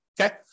okay